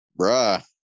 bruh